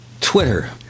Twitter